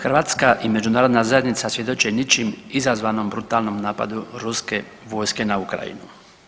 Hrvatska i Međunarodna zajednica svjedoče ničim izazvanom brutalnom napadu ruske vojske na Ukrajinu.